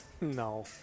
No